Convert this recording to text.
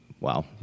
wow